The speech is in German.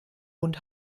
und